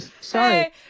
sorry